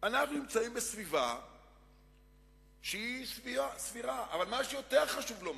אנו נמצאים בסביבה סבירה, אבל מה שיותר חשוב לומר: